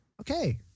okay